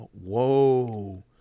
Whoa